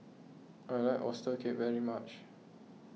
I like Oyster Cake very much